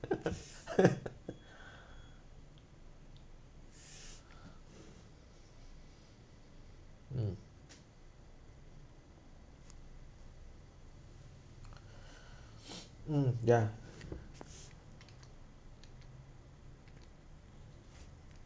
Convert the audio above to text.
mm mm ya